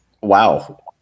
Wow